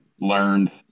learned